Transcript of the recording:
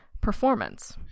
performance